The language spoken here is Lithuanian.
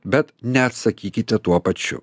bet neatsakykite tuo pačiu